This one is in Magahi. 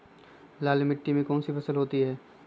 लाल मिट्टी में कौन सी फसल होती हैं?